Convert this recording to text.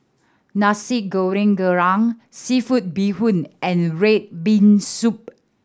Nasi Goreng Kerang Seafood Bee Hoon and red bean soup